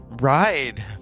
ride